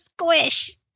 squish